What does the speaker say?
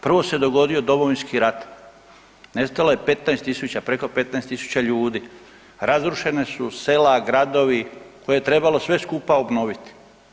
Prvo se dogodio Domovinski rat, nestalo je 15 tisuća, preko 15 tisuća ljudi, razrušene su sela, gradovi, koje je trebalo sve skupa obnoviti.